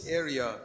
area